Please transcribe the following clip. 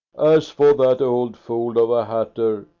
as for that old fool of a hatter,